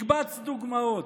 מקבץ דוגמאות: